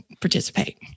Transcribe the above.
participate